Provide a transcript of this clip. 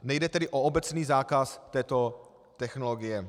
Nejde tedy o obecný zákaz této technologie.